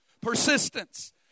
Persistence